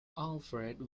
alfred